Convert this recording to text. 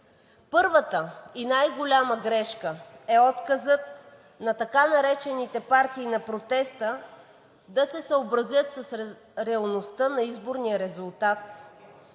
Първата и най-голяма грешка е отказът на така наречените партии на протеста да се съобразят с реалността на изборния резултат.